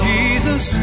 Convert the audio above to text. Jesus